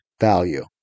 value